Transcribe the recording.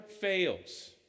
fails